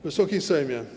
Wysoki Sejmie!